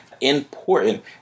important